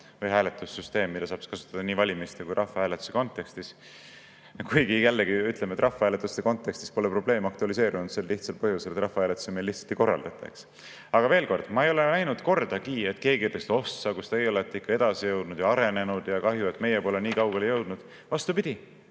või hääletussüsteem, mida saab kasutada nii valimiste kui ka rahvahääletuste kontekstis. Kuigi jällegi, ütleme, rahvahääletuste kontekstis pole probleem aktualiseerunud sel lihtsal põhjusel, et rahvahääletusi meil lihtsalt ei korraldata. Aga veel kord: ma ei ole kordagi [kuulnud], et keegi ütleks, et ossa, kus teie olete ikka edasijõudnud ja arenenud ja kahju, et meie pole nii kaugele jõudnud. Vastupidi,